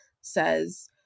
says